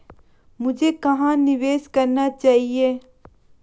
मुझे कहां निवेश करना चाहिए?